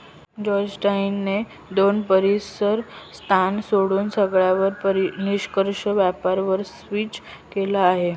Georgetown ने दोन परीसर स्थान सोडून सगळ्यांवर निष्पक्ष व्यापार वर स्विच केलं आहे